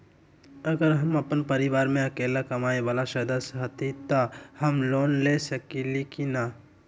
अगर हम अपन परिवार में अकेला कमाये वाला सदस्य हती त हम लोन ले सकेली की न?